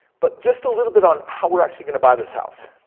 but just a little bit on how we're actually going to buy this house.